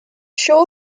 show